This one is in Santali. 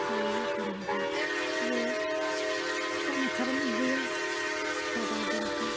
ᱦᱮᱸ ᱛᱤᱱ ᱦᱟᱡᱟᱨ ᱛᱚᱵᱮ ᱥᱮᱛᱟᱜ ᱢᱟᱪᱷᱟ ᱨᱮᱢ ᱟᱹᱜᱩᱭᱟ ᱥᱟᱛ ᱵᱟᱡᱮ ᱞᱮᱠᱟ